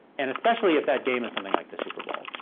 and especially if that game is something like the super bowl,